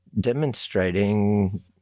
demonstrating